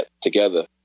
together